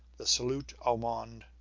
the salute au monde,